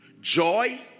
joy